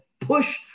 push